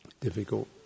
difficult